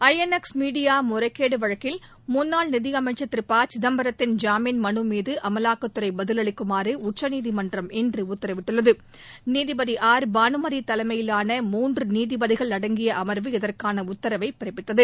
ஐ N X media முறைகேடு வழக்கில் முன்னாள் நிதியமைச்சர் திரு ப சிதம்பரத்தின் ஜாமீன் மனு மீது அமலாக்கத்துறை பதிலளிக்குமாறு உச்சநீதிமன்றம் இன்று உத்தரவிட்டுள்ளது நீதிபதி ஆர் பானுமதி தலைமையிலான மூன்று நீதிபதிகள் அடங்கிய அம்வு இதற்கான உத்தரவை பிறப்பித்தது